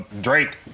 Drake